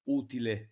utile